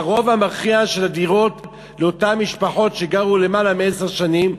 הרוב המכריע של הדירות לאותן משפחות שגרו למעלה מעשר שנים,